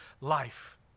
life